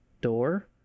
door